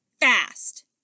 Fast